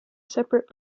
separate